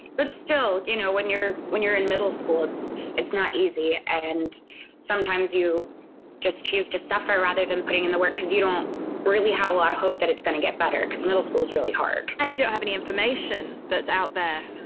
but still, you know, when you're, when you're in middle school, it's it's not easy. and sometimes you just choose to suffer rather than putting in the work, because you don't really have a lot of hope that it's going to get better. middle school is really hard and you don't have any information that's out there